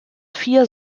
vier